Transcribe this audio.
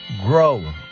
grow